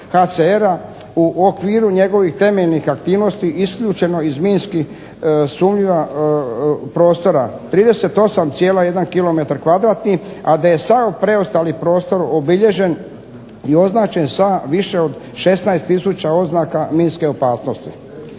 u okviru njegovih temeljnih aktivnosti isključeno iz minski sumnjiva prostora 38,1 km2 a da je sav preostali prostor obilježen i označen sa više od 16000 oznaka minske opasnosti.